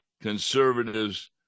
conservatives